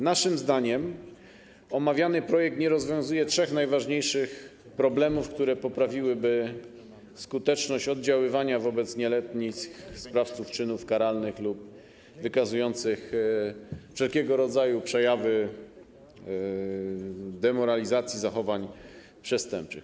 Naszym zdaniem omawiany projekt nie rozwiązuje trzech najważniejszych problemów, których rozwiązanie poprawiłoby skuteczność oddziaływania wobec nieletnich sprawców czynów karalnych lub wykazujących wszelkiego rodzaju przejawy demoralizacji, zachowań przestępczych.